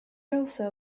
also